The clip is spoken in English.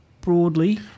broadly